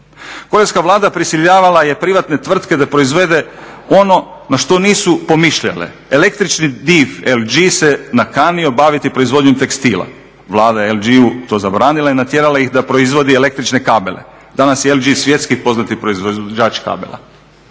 Korejska vlada prisiljavala je privatne tvrtke da proizvedu ono na što nisu pomišljale. Električni div LG se nakanio baviti proizvodnjom tekstila. Vlada je LG-u to zabranila i natjerala ih da proizvode električne kabele. Danas je LG svjetski poznat proizvođač kabela.